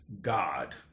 God